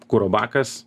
kuro bakas